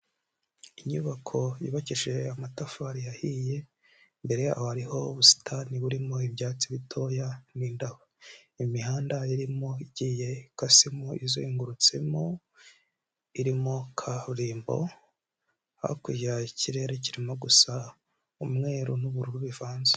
Inyubako yubakishije amatafari yahiye, imbere hariho ubusitani burimo ibyatsi bitoya n'indaho, imihanda irimo igiye ikasemo izengurutsemo irimo kaburimbo, hakurya ikirere kirimo gusa umweru n'ubururu bivanze.